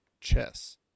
chess